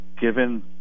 given